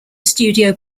studio